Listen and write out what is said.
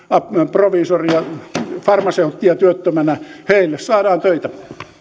proviisoria ja farmaseuttia työttömänä heille saadaan töitä nyt jatkamme